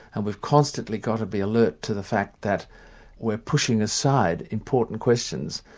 and we've constantly got to be alert to the fact that we're pushing aside important questions,